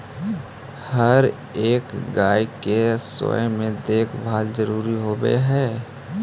हर एक गाय के स्वास्थ्य के देखभाल जरूरी होब हई